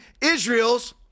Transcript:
Israel's